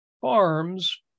farms